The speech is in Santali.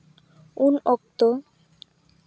ᱩᱱ ᱚᱠᱛᱚ